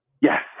Yes